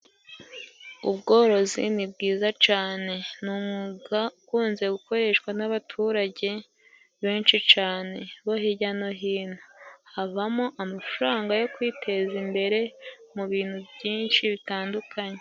Ubworozi ni bwiza cyane. Ni umwuga ukunze gukoreshwa n'abaturage benshi cyane bo hirya no hino. Havamo amafaranga yo kwiteza imbere mu bintu byinshi bitandukanye.